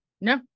No